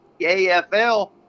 AFL